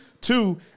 Two